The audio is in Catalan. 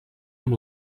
amb